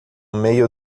meio